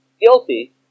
guilty